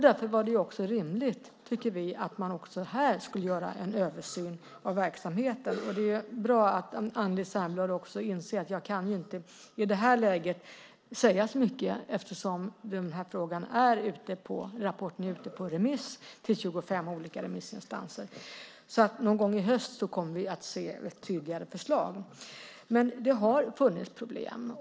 Därför var det rimligt, tyckte vi, att göra en översyn av verksamheten. Det är bra att Anneli Särnblad inser att jag inte i det här läget kan säga så mycket eftersom rapporten är ute på remiss till 25 olika remissinstanser. Någon gång i höst kommer vi att se ett tydligare förslag. Men det har funnits problem.